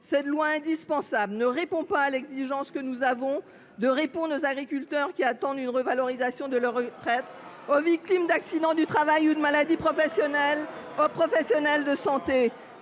qu’il soit indispensable, ce texte ne répond pas à l’exigence qui s’impose à nous de répondre aux agriculteurs attendant une revalorisation de leur retraite, aux victimes d’accidents du travail ou de maladies professionnelles et aux professionnels de santé.